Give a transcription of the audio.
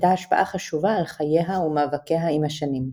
הייתה השפעה חשובה על חייה ומאבקיה עם השנים.